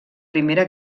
primera